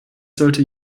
sollte